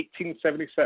1877